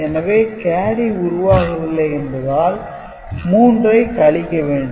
எனவே கேரி உருவாகவில்லை என்பதால் 3 ஐ க் கழிக்க வேண்டும்